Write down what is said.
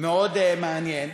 מאוד מעניין.